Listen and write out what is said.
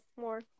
more